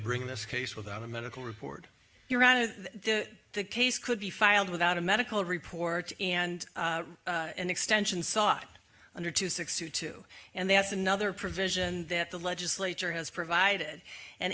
bring this case without a medical record your out of the case could be filed without a medical report and an extension sought under two sixty two and that's another provision that the legislature has provided and